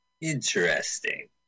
Interesting